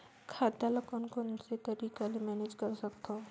खाता ल कौन कौन से तरीका ले मैनेज कर सकथव?